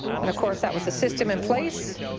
and of course that was a system in place,